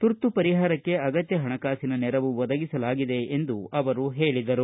ತುರ್ತು ಪರಿಹಾರಕ್ಷೆ ಅಗತ್ತ ಹಣಕಾಸಿನ ನೆರವು ಒದಗಿಸಲಾಗಿದೆ ಎಂದು ಹೇಳಿದರು